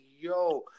yo